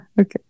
Okay